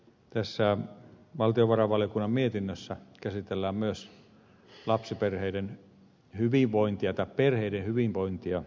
tässä valtiovarainvaliokunnan mietinnössä käsitellään myös perheiden hyvinvointia laajemminkin